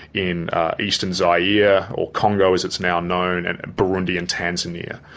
in eastern zaire or congo as it's now known, and burundi and tanzania.